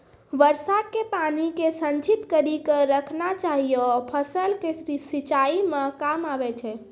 वर्षा के पानी के संचित कड़ी के रखना चाहियौ फ़सल के सिंचाई मे काम आबै छै?